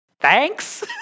Thanks